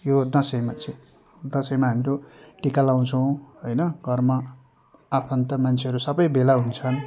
यो दसैँमा चाहिँ दसैँमा हामीहरू टिका लगाउँछौँ होइन घरमा आफन्त मान्छेहरू सबै भेला हुन्छन्